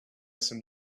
some